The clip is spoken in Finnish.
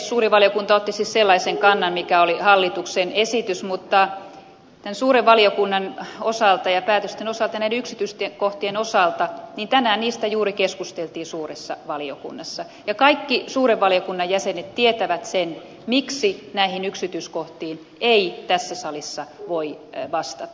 suuri valiokunta otti siis sellaisen kannan mikä oli hallituksen esitys mutta suuren valiokunnan päätösten osalta näiden yksityiskohtien osalta tänään niistä juuri keskusteltiin suuressa valiokunnassa ja kaikki suuren valiokunnan jäsenet tietävät sen miksi näihin yksityiskohtiin ei tässä salissa voi vastata